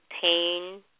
pain